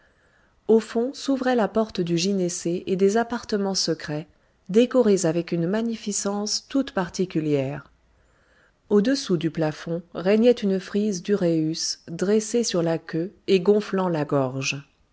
au fond s'ouvrait la porte du gynécée et des appartements secrets décorés avec une magnificence toute particulière au-dessous du plafond régnait une frise d'uræus dressés sur la queue et gonflant la gorge